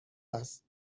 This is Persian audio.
است